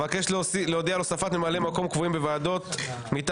אבקש להודיע על הוספת ממלאי מקום קבועים בוועדות מטעם